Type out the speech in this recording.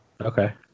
okay